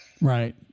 Right